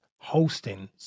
hosting